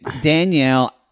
Danielle